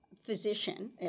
physician